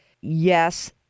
Yes